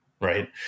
right